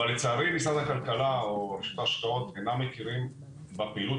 אך לצערי משרד הכלכלה או רשות ההשקעות אינם מכירים בפעילות